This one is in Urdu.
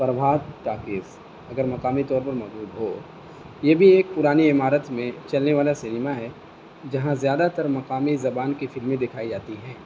پربھات تاکز اگر مقامی طور پر مجود ہو یہ بھی ایک پرانی عمارت میں چلنے والا سنیما ہے جہاں زیادہ تر مقامی زبان کی فلمیں دکھائی جاتی ہیں